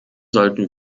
sollten